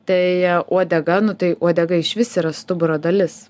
tai uodega nu tai uodega išvis yra stuburo dalis